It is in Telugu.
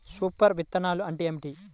సూపర్ విత్తనాలు అంటే ఏమిటి?